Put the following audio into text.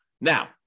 Now